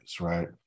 right